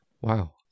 Wow